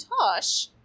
Tosh